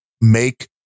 make